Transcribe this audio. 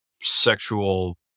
sexual